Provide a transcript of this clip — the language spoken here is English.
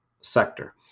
sector